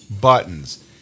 buttons